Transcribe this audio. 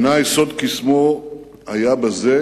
בעיני, סוד קסמו היה בזה